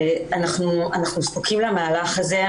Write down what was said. אנחנו זקוקים למהלך הזה,